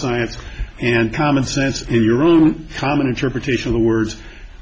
science and common sense in your own common interpretation of the words